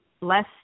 less